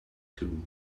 two